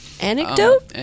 Anecdote